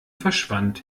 verschwand